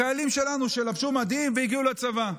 החיילים שלנו שלבשו מדים והגיעו לצבא,